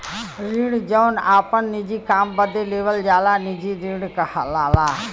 ऋण जौन आपन निजी काम बदे लेवल जाला निजी ऋण कहलाला